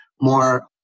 more